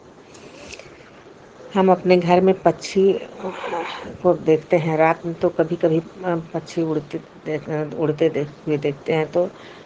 हम अपने घर में पक्षी को देखते हैं रात में तो कभी कभी पक्षी उड़ते उड़ते देखते हैं तो